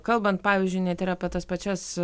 kalbant pavyzdžiui ne tik apie tas pačias